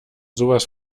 sowas